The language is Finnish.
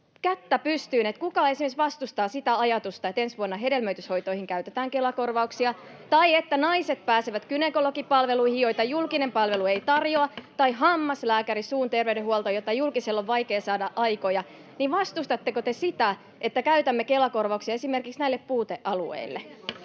Kuka esimerkiksi vastustaa sitä ajatusta, että ensi vuonna hedelmöityshoitoihin käytetään Kela-korvauksia, tai sitä, että naiset pääsevät gynekologipalveluihin, joita julkinen palvelu ei tarjoa, [Välihuutoja — Puhemies koputtaa] tai hammaslääkäriin, suun terveydenhuoltoon, johon julkiselta on vaikea saada aikoja? Vastustatteko te sitä, että käytämme Kela-korvauksia esimerkiksi näille puutealueille?